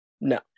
No